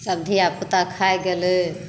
धियापुता खाइ गेलै